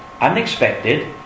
unexpected